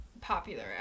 popular